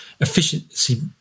efficiency